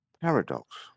Paradox